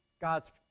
God's